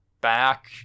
back